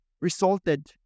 resulted